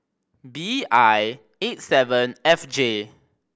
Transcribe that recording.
B I eight seven F J